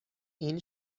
این